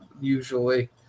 usually